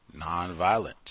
nonviolent